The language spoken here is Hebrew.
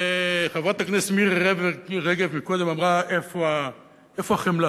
חברת הכנסת מירי רגב קודם אמרה: איפה החמלה?